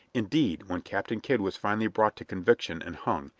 indeed when captain kidd was finally brought to conviction and hung,